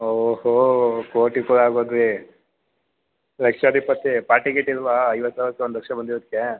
ಓಹ್ ಓಹೊ ಕೋಟಿ ಕುಳ ಆಗೋದಿರಿ ಲಕ್ಷಾಧಿಪತಿ ಪಾಟಿ ಗೀಟಿ ಇಲ್ಲವಾ ಐವತ್ತು ಸಾವಿರಕ್ಕೆ ಒಂದು ಲಕ್ಷ ಬಂದಿರೋದಕ್ಕೆ